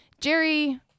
Jerry